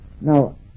Now